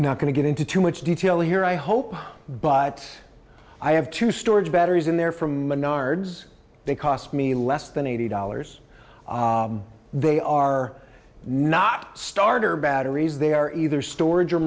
not going to get into too much detail here i hope but i have two storage batteries in there from menards they cost me less than eighty dollars they are not starter batteries they are either storage or